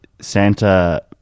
Santa